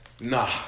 Nah